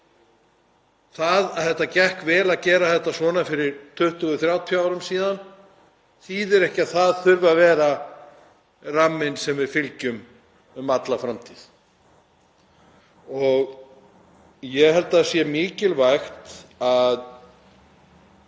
Það að þetta gekk vel að gera þetta svona fyrir 20–30 árum síðan þýðir ekki að það þurfi að vera ramminn sem við fylgjum um alla framtíð. Ég held að það sé mikilvægt að